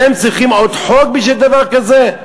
אתם צריכים עוד חוק בשביל דבר כזה?